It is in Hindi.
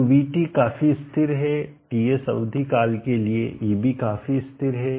तो vt काफी स्थिर है Tsअवधि काल के लिए eb भी काफी स्थिर है